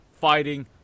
Fighting